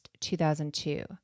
2002